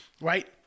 right